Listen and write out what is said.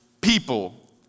people